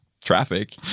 traffic